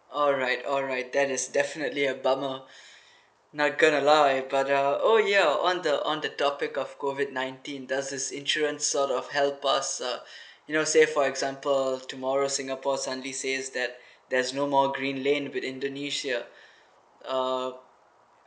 alright alright that is definitely a bummer not going to lie but uh oh ya one the on the topic of COVID nineteen does this insurance sort of help us uh you know say for example tomorrow singapore suddenly says that there's no more green lane with indonesia uh